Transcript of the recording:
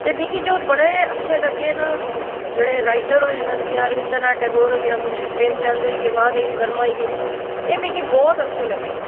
ते मिगी जो बड़े अच्छे लग्गे न जेह्ड़े राइटर होए न जि'यां रविंद्रनाथ टैगोर होइये मुंशी प्रेमचंद होई गे महादेवी वर्मा होई गे एह् मिगी बहोत अच्छे लग्गे